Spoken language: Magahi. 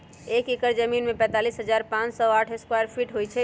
एक एकड़ जमीन में तैंतालीस हजार पांच सौ साठ स्क्वायर फीट होई छई